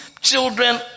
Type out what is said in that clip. children